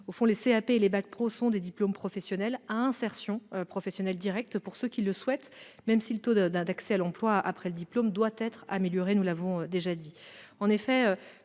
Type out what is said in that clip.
De fait, les CAP et les bacs pro sont des diplômes professionnels à insertion professionnelle directe pour ceux qui le souhaitent, même si- nous l'avons dit -le taux d'accès à l'emploi après le diplôme doit être amélioré. Plus un jeune